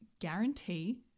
guarantee